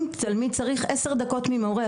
תלמיד צריך עשר דקות ממורה,